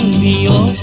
neal